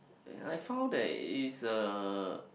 ya I found that is a